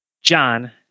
John